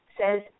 says